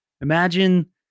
Imagine